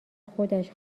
خودش